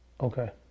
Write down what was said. Okay